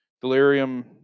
delirium